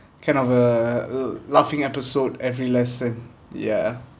kind of a la~ laughing episode every lesson ya